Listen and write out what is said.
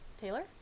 Taylor